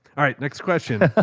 all right, next question.